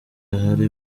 ahari